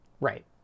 Right